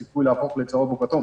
שיש סיכוי שהוא יהפוך לצהוב או כתום.